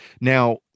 Now